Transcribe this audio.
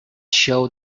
show